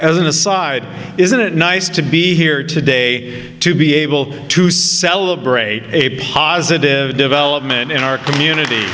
as an aside isn't it nice to be here today to be able to celebrate a positive development in our community